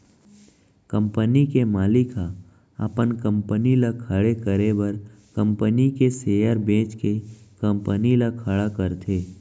company के मालिक ह अपन कंपनी ल खड़े करे बर कंपनी के सेयर बेंच के कंपनी ल खड़ा करथे